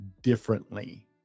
differently